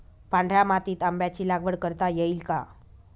पांढऱ्या मातीत आंब्याची लागवड करता येईल का?